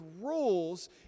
rules